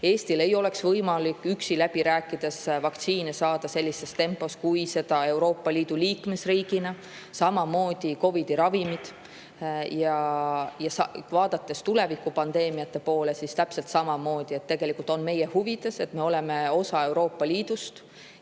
Eestil ei oleks võimalik üksi läbi rääkides vaktsiine saada sellises tempos, kui meil on Euroopa Liidu liikmesriigina. Samamoodi COVID-i ravimid. Kui vaadata tulevikupandeemiate poole, siis täpselt samamoodi on tegelikult meie huvides, et me oleme osa Euroopa Liidust.